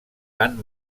van